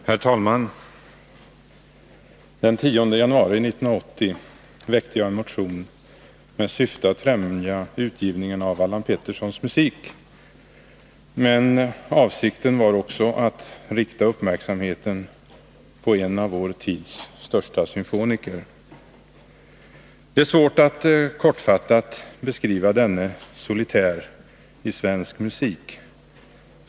Herr talman! Den 10 januari 1980 väckte jag en motion med syfte att främja utgivningen av Allan Petterssons musik, men avsikten var också att rikta uppmärksamheten på en av vår tids största symfoniker. Det är svårt att kortfattat beskriva denne solitär i svensk musik.